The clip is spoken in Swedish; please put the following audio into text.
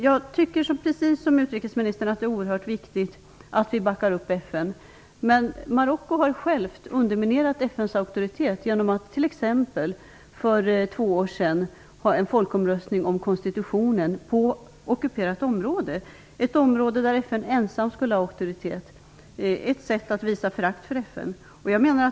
Jag tycker precis som utrikesministern att det är oerhört viktigt att vi backar upp FN. Marocko har emellertid självt underminierat FN:s auktoritet genom att t.ex. för två år sedan hålla en folkomröstning om konstitutionen på ockuperat område, ett område där FN ensamt skulle ha auktoritet. Det var ett sätt att visa förakt för FN.